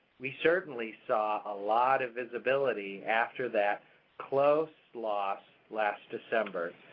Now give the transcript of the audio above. we certainly saw a lot of visibility after that close loss last december.